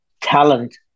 talent